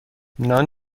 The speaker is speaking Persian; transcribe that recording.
نان